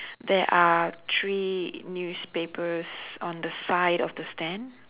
there are three newspapers on the side of the stand